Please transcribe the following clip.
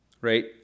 Right